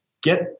get